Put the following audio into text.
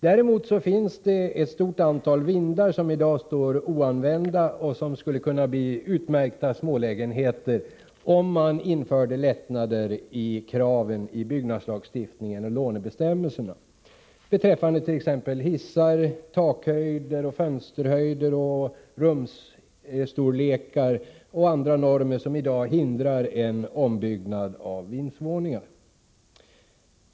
Däremot finns det ett stort antal vindar som i dag står oanvända och som skulle kunna bli utmärkta smålägenheter, om man införde lättnader i kraven i byggnadslagstiftningen och lånebestämmelserna, t.ex. beträffande hissar, takhöjder, fönsterhöjder, rumsstorlekar och annat som i dag hindrar en ombyggnad av vindsvåningar.